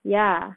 ya